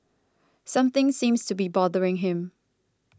something seems to be bothering him